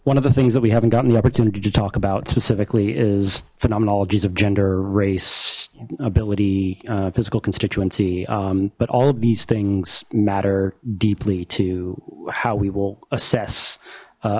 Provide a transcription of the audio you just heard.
one of the things that we haven't gotten the opportunity to talk about specifically is phenomenology x of gender race ability physical constituency but all these things matter deeply to how we will assess